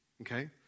Okay